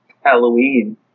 Halloween